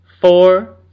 four